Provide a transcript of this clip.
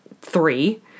three